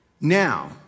Now